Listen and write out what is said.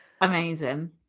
Amazing